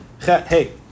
Hey